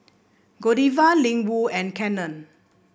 Godiva Ling Wu and Canon